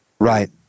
right